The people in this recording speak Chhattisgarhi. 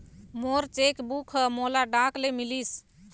मोर चेक बुक ह मोला डाक ले मिलिस